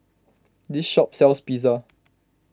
this shop sells Pizza